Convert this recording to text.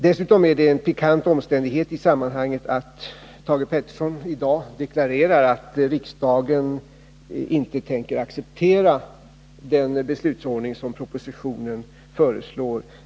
Dessutom är det en pikant omständighet i sammanhanget att Thage Peterson i dag deklarerar att riksdagen inte tänker acceptera den beslutsordning som propositionen föreslår.